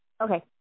Okay